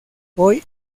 hoy